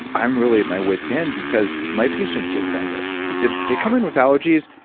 i'm really at my wit's end because my patients get better. he said, they come in with allergies.